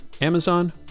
Amazon